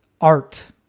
art